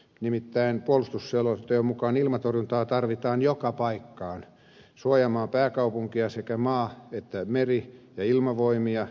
nimittäin puolustusselonteon mukaan ilmatorjuntaa tarvitaan joka paikkaan suojaamaan pääkaupunkia sekä maa meri ja ilmavoimia